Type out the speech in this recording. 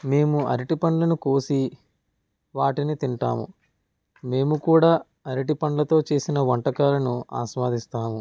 మేము అరటి పండ్లను కోసి వాటిని తింటాము మేము కూడా అరటి పండ్లతో చేసిన వంటకాలను ఆస్వాదిస్తాము